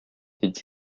est